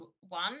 one